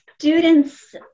students